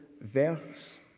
verse